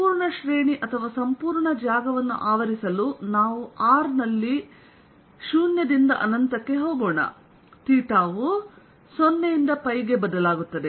ಸಂಪೂರ್ಣ ಶ್ರೇಣಿ ಅಥವಾ ಸಂಪೂರ್ಣ ಜಾಗವನ್ನು ಆವರಿಸಲು ನಾವು r ನಲ್ಲಿ 0 ರಿಂದ ಅನಂತಕ್ಕೆ∞ ಹೋಗೋಣ ಥೀಟಾ ವು 0 ರಿಂದ ಪೈπಗೆ ಬದಲಾಗುತ್ತದೆ